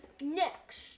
next